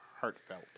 heartfelt